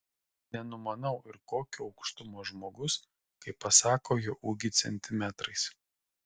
nenumanau ir kokio aukštumo žmogus kai pasako jo ūgį centimetrais